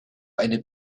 eine